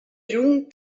lluny